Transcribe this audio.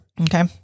Okay